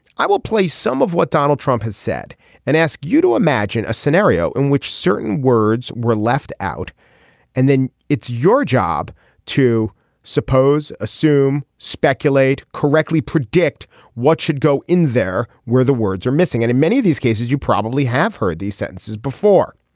i will play some of what donald trump has said and ask you to imagine a scenario in which certain words were left out and then it's your job to suppose assume speculate correctly predict what should go in there where the words are missing and in many of these cases you probably have heard these sentences before.